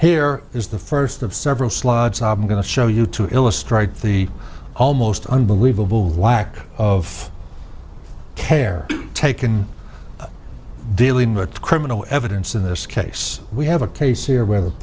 here is the first of several slides ob going to show you to illustrate the almost unbelievable lack of care taken dealing with criminal evidence in this case we have a case here w